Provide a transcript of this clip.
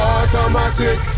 Automatic